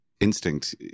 instinct